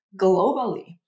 globally